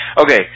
Okay